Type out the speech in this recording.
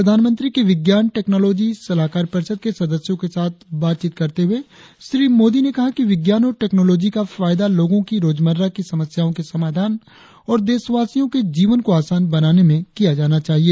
प्रधानमंत्री की विज्ञान टेक्नोलॉजी सलाहकार परिषद के सदस्यों के साथ बातचीत करते हुए श्री मोदी ने कहा कि विज्ञान और टेक्नोलॉजी का फायदा लोगो की रोजमर्रा की समस्याओं के समाधान और देशवासियों के जीवन को आसान बनाने में किया जाना चाहिए